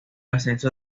ascenso